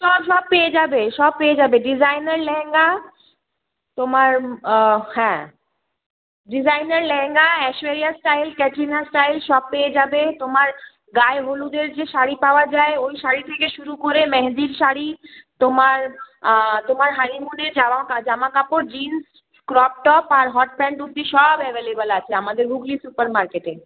সব সব পেয়ে যাবে সব পেয়ে যাবে ডিজাইনার লেহেঙ্গা তোমার হ্যাঁ designer lehenga Aishwarya style Katrina style সব পেয়ে যাবে তোমার গায়ে হলুদের যে শাড়ি পাওয়া যায় ওই শাড়ি থেকে শুরু করে মেহেন্দির শাড়ি তোমার তোমার হানিমুনের জামা জামা কাপড় জিন্স ক্রপ টপ আর হট প্যান্ট অবধি সব অ্যাভেলেবেল আছে আমাদের হুগলি সুপারমার্কেটে